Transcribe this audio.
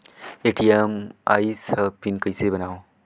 ATM आइस ह pin कइसे बनाओ?